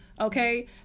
okay